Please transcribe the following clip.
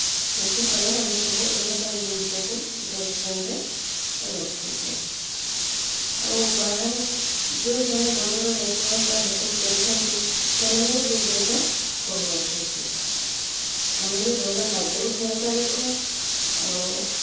ସେଥିପାଇଁ ଆମେ ସବୁ ଅଦରକାରୀ ଜିନିଷକୁ ଡଷ୍ଟ୍ବିନ୍ରେ ରଖୁଛୁ ଆଉ ବାହାରେ ଯେଉଁ ସେମାନେ ବଡ଼ ବଡ଼ ରେଷ୍ଟୁରାଣ୍ଟ୍ ବା ହୋଟେଲ୍ କରିଛନ୍ତି ସେମାନେ ବି ଦୁଇ ପଇସା କମାଉଛନ୍ତି ଆମେ ବି ଭଲ ଖାଦ୍ୟ ବି ଖାଇପାରୁଛୁ ଆଉ